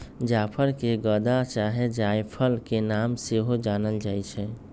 जाफर के गदा चाहे जायफल के नाम से सेहो जानल जाइ छइ